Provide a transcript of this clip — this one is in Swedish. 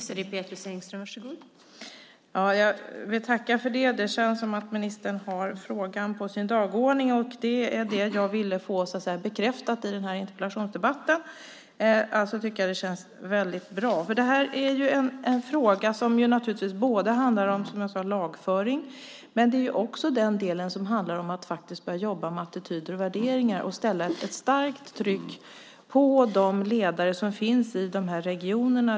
Fru talman! Jag vill tacka för det. Det känns som att ministern har frågan på sin dagordning. Det var det jag ville få bekräftat i denna interpellationsdebatt. Alltså tycker jag att det känns väldigt bra. Frågan handlar naturligtvis om lagföring, som jag sade. Men den handlar också om att börja jobba med attityder och värderingar och sätta ett starkt tryck på de ledare som finns i de här regionerna.